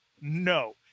No